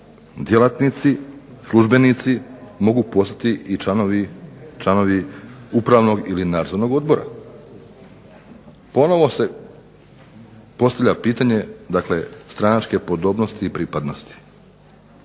djelatnici, službenici mogu postati i članovi upravnog ili nadzornog odbora. Ponovo se postavlja pitanje dakle stranačke podobnosti i pripadnosti.